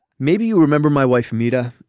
maybe you remember my wife, meeta.